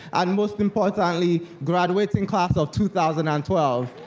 and most importantly, graduating class of two thousand and twelve.